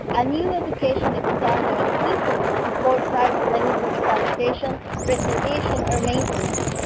a new education extender explicitly supports tribal language revitalization, preservation, or maintenance.